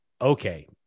okay